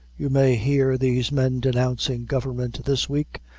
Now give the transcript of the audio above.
you may hear these men denouncing government this week,